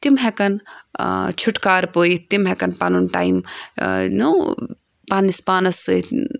تِم ہؠکَن چھُٹکار پٲیِتھ تِم ہؠکَن پَنُن ٹایِم نوٚو پَننِس پانَس سۭتۍ